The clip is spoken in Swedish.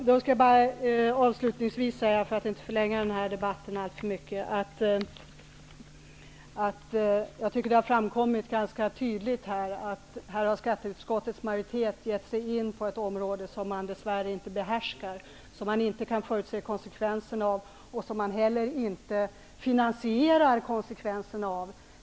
Herr talman! För att inte förlänga den här debatten alltför mycket vill jag avslutningsvis säga att jag tycker att det ganska tydligt har framgått att skatteutskottets majoritet har gett sig in på ett område som man dess värre inte behärskar och där man inte kan förutse konsekvenserna. Man kan inte heller finansiera det som blir konsekvenserna.